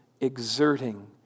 exerting